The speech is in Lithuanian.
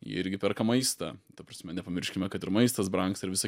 jie irgi perka maistą ta prasme nepamirškime kad ir maistas brangs ir visa